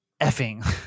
effing